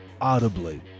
audibly